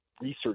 research